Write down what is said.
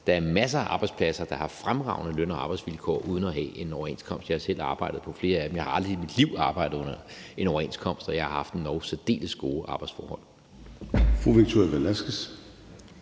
Der er masser af arbejdspladser, der har fremragende løn- og arbejdsvilkår uden at have en overenskomst. Jeg har selv arbejdet på flere af dem. Jeg har aldrig i mit liv arbejdet under en overenskomst, og jeg haft endog særdeles gode arbejdsforhold.